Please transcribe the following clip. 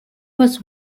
was